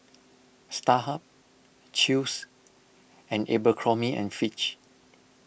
Starhub Chew's and Abercrombie and Fitch